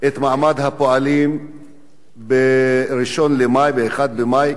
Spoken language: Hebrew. את מעמד הפועלים ב-1 במאי,